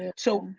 and so,